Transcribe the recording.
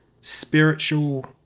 spiritual